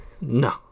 No